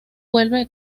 vuelve